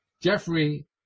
Jeffrey